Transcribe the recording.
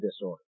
disorder